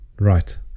Right